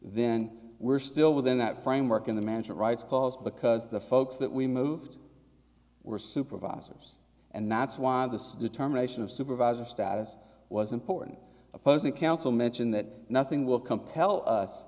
then we're still within that framework in the mansion rights cause because the folks that we moved were supervisors and that's why this determination of supervisor status was important opposing counsel mention that nothing will compel us